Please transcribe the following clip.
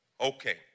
Okay